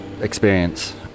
experience